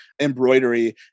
embroidery